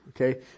Okay